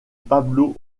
pablo